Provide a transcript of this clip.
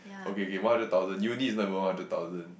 okay okay one hundred thousand uni is not even one hundred thousand